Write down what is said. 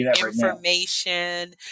information